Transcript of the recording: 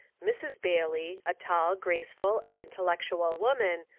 mrs. bailey, a tall, graceful, and intellec tual woman,